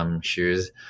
shoes